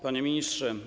Panie Ministrze!